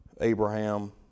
Abraham